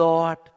Lord